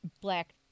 black